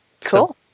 Cool